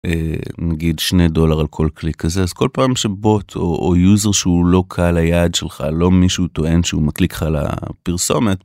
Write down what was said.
נגיד שני דולר על כל קליק כזה אז כל פעם שבוט או יוזר שהוא לא קל היעד שלך לא מישהו טוען שהוא מקליק על הפרסומת.